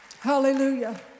Hallelujah